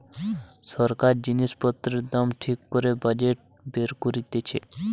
সরকার জিনিস পত্রের দাম ঠিক করে বাজেট বের করতিছে